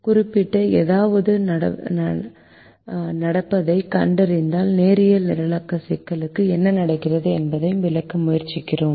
குறிப்பிட்ட ஏதாவது நடப்பதைக் கண்டறிந்தால் நேரியல் நிரலாக்க சிக்கலுக்கு என்ன நடக்கிறது என்பதை விளக்க முயற்சிப்போம்